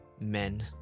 men